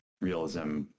realism